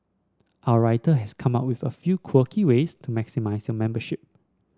our writer has come up with a few quirky ways to maximise your membership